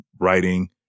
writing